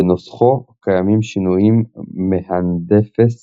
בנוסחו קיימים שינויים מהנדפס,